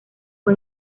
fue